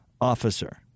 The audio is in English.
officer